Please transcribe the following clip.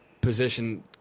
position